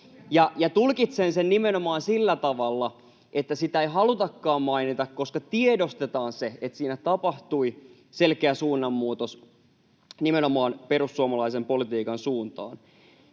Tulkitsen sen nimenomaan sillä tavalla, että sitä ei halutakaan mainita, koska tiedostetaan se, että siinä tapahtui selkeä suunnanmuutos nimenomaan perussuomalaisen politiikan suuntaan.